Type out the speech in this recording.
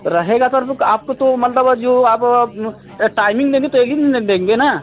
रहेगा सर तो आपको तो मतलब जो अब टाइमिंग देंगे तो एक ही दिन ना देंगे ना